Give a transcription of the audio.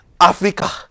Africa